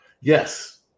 Yes